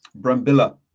Brambilla